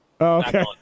okay